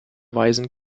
weisen